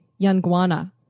Yanguana